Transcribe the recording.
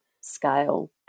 scale